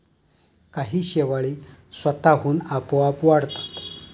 काही शेवाळी स्वतःहून आपोआप वाढतात